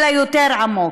אלא יותר עמוק.